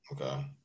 Okay